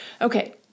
Okay